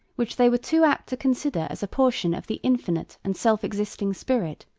which they were too apt to consider as a portion of the infinite and self-existing spirit,